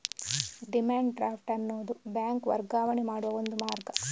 demand draft ಅನ್ನುದು bank ವರ್ಗಾವಣೆ ಮಾಡುವ ಒಂದು ಮಾರ್ಗ